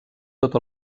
tot